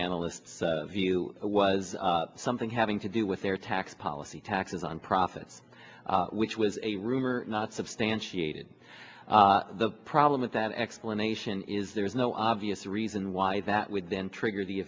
analysts view was something having to do with their tax policy taxes on profits which was a rumor not substantiated the problem with that explanation is there is no obvious reason why that would then trigger the